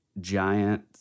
giant